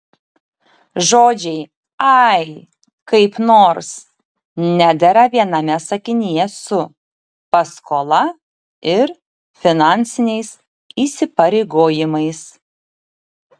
žodžiai ai kaip nors nedera viename sakinyje su paskola ir finansiniais įsipareigojimais